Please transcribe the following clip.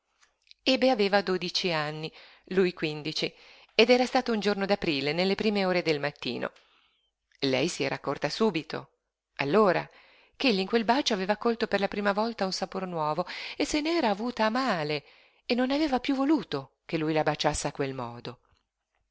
ebe aveva dodici anni lui quindici ed era stato un giorno d'aprile nelle prime ore del mattino lei si era accorta subito allora che egli in quel bacio aveva colto per la prima volta un sapor nuovo e se n'era avuta per male e non aveva piú voluto che lui la baciasse a quel modo